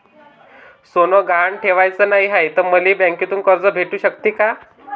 सोनं गहान ठेवाच नाही हाय, त मले बँकेतून कर्ज भेटू शकते का?